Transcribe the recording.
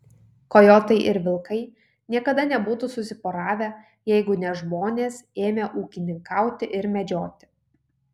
kojotai ir vilkai niekada nebūtų susiporavę jeigu ne žmonės ėmę ūkininkauti ir medžioti